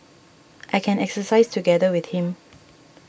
I can exercise together with him